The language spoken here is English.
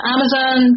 Amazon